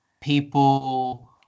people